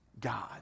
God